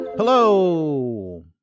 Hello